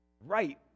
right